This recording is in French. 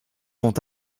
vont